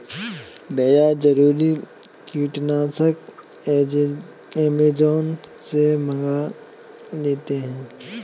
भैया जरूरी कीटनाशक अमेजॉन से मंगा लेते हैं